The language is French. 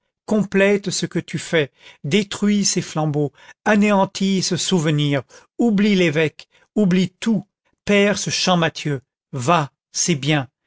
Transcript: complète ce que tu fais détruis ces flambeaux anéantis ce souvenir oublie l'évêque oublie tout perds ce champmathieu va c'est bien